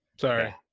Sorry